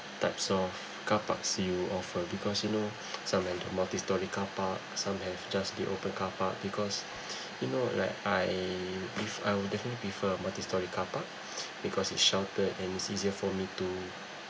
types of car parks you offer because you know some have the multistorey car park some have just the open car park because you know right I if I'd definitely prefer a multistorey car park because it's sheltered and is easier for me to